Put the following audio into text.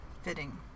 fitting